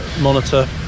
monitor